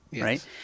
right